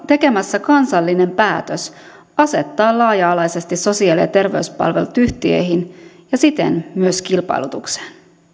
tekemässä kansallinen päätös asettaa laaja alaisesti sosiaali ja terveyspalvelut yhtiöihin ja siten myös kilpailutukseen